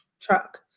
truck